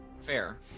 Fair